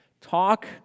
Talk